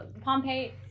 Pompeii